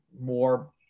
more